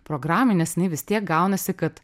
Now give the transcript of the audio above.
programinės jinai vis tiek gaunasi kad